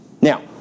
Now